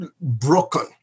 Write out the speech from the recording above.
broken